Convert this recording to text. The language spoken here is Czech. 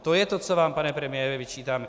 To je to, co vám, pane premiére, vyčítáme.